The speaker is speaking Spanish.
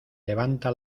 levanta